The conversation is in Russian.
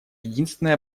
единственной